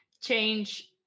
change